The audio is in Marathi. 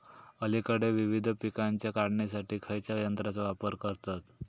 अलीकडे विविध पीकांच्या काढणीसाठी खयाच्या यंत्राचो वापर करतत?